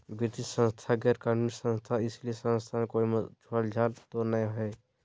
वित्तीय संस्था गैर कानूनी संस्था है इस संस्था में कोई झोलझाल तो नहीं है?